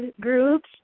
groups